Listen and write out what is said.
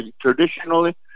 traditionally